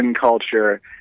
culture